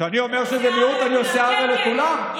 כרגע עושה עוול לכולם.